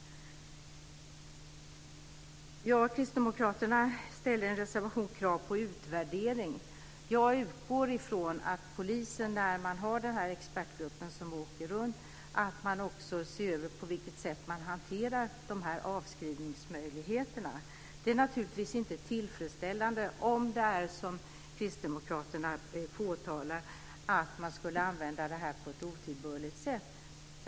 Kristdemokraterna ställer i en reservation krav på utvärdering. Jag utgår ifrån att den expertgrupp som åker runt också ser över på vilket sätt man hanterar avskrivningsmöjligheterna. Det är naturligtvis inte tillfredsställande om det är som Kristdemokraterna påstår, dvs. att man skulle använda dessa på ett otillbörligt sätt.